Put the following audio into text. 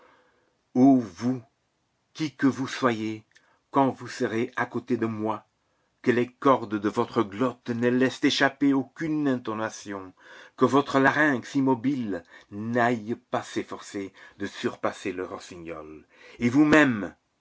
vous qui que vous soyez quand vous serez à côté de moi que les cordes de votre glotte ne laissent échapper aucune intonation que votre larynx immobile n'aille pas s'efforcer de surpasser le rossignol et vous-même